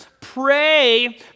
pray